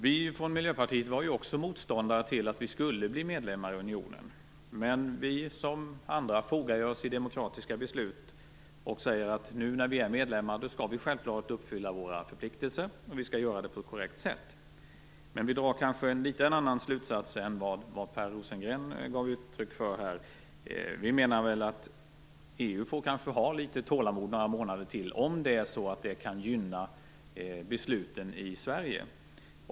Vi från Miljöpartiet var ju också motståndare till att Sverige skulle bli medlem i unionen, men vi som andra fogar oss i demokratiska beslut. Nu när vi är medlemmar skall vi självklart uppfylla våra förpliktelser och göra det på ett korrekt sätt. Men vi drar kanske en annan slutsats än vad Per Rosengren gav uttryck för här. Vi menar att EU får ha litet tålamod några månader till om det kan gynna besluten i Sverige.